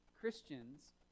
Christians